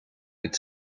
het